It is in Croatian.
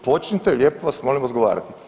Počnite lijepo vas molim odgovarati.